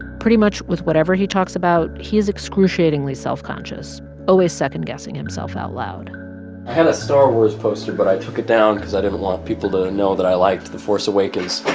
pretty much with whatever he talks about, he is excruciatingly self-conscious always second-guessing himself out loud i had a star wars poster, but i took it down because i didn't want people to and know that i liked the force awakens.